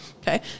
Okay